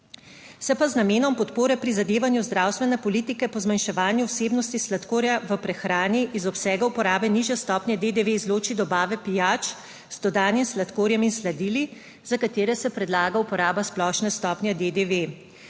Se pa z namenom podpore prizadevanju zdravstvene politike po zmanjševanju vsebnosti sladkorja v prehrani iz obsega uporabe nižje stopnje DDV izloči dobave pijač z dodanim sladkorjem in sladili, za katere se predlaga uporaba splošne stopnje DDV.